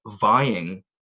vying